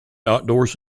outdoors